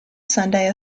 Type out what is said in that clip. sunday